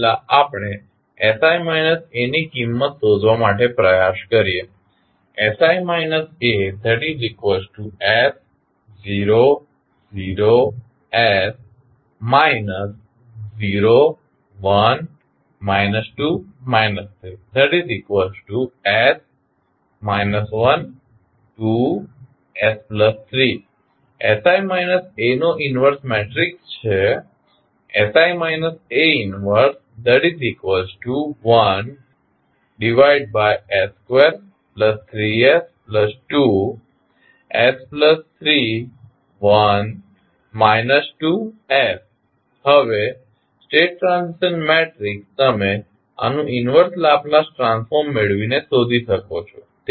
ચાલો પહેલા આપણે sI A ની કિંમત શોધવા માટે પ્રયાસ કરીએ નો ઇન્વર્સ મેટ્રિક્સ છે હવે સ્ટેટ ટ્રાન્ઝિશન મેટ્રિક્સ તમે આનું ઇન્વર્સ લાપ્લાસ ટ્રાન્સફોર્મ મેળવીને શોધી શકો છો